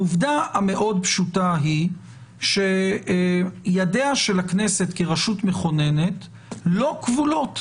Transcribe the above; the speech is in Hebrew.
העובדה המאוד-פשוטה היא שידיה של הכנסת כרשות מכוננת אינן כבולות,